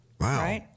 Wow